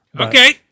Okay